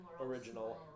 original